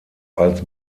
als